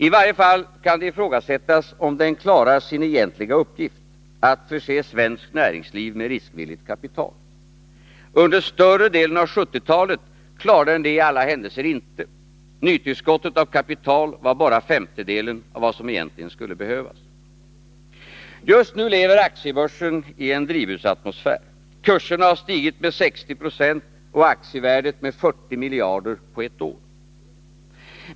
I varje fall kan det ifrågasättas, om den klarar sin egentliga uppgift — att förse svenskt näringsliv med riskvilligt kapital. Under större delen av 1970-talet klarade den det i alla händelser inte — nytillskottet av kapital var bara femtedelen av vad som egentligen skulle behövas. Just nu lever aktiebörsen i en drivhusatmosfär. Kurserna har stigit med 60 20 och aktievärdet med 40 miljarder på ett år.